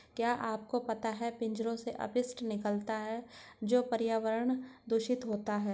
क्या आपको पता है पिंजरों से अपशिष्ट निकलता है तो पर्यावरण दूषित होता है?